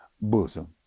bosom